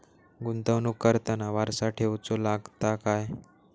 गुंतवणूक करताना वारसा ठेवचो लागता काय?